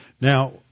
Now